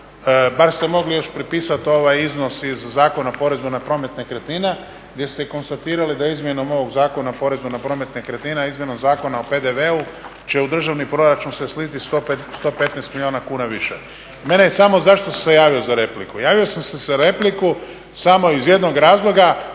bar ste mogli još prepisati ovaj iznos iz Zakona o porezu na promet nekretnina gdje ste i konstatirali da izmjenom ovog Zakona o porezu na promet nekretnina, izmjenom Zakona o PDV-u će u državni proračun se sliti 115 milijuna kuna više. Meni je samo zašto sam se javio za repliku? Javio sam se za repliku samo iz jednog razloga,